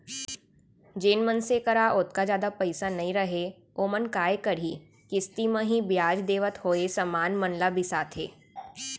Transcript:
जेन मनसे करा ओतका जादा पइसा नइ रहय ओमन काय करहीं किस्ती म ही बियाज देवत होय समान मन ल बिसाथें